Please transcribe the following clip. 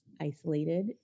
isolated